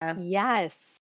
yes